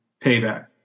payback